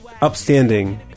upstanding